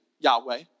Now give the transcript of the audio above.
Yahweh